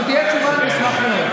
אם תהיה תשובה, אני אשמח מאוד.